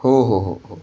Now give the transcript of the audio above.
हो हो हो हो